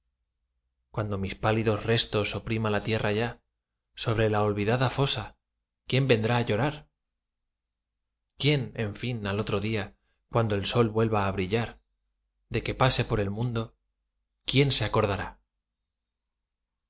cuando mis pálidos restos oprima la tierra ya sobre la olvidada fosa quién vendrá á llorar quién en fin al otro día cuando el sol vuelva á brillar de que pasé por el mundo quién se acordará